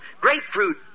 grapefruit